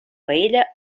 paella